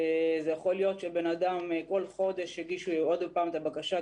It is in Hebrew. יכול להיות שאדם הגיש כל חודש שוב ושוב את הבקשה,